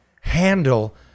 handle